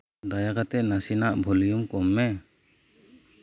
ᱫᱟᱭᱟ ᱠᱟᱛᱮᱫ ᱱᱟᱥᱮᱭᱟᱜ ᱵᱷᱚᱞᱤᱭᱩᱢ ᱠᱚᱢ ᱢᱮ